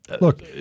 Look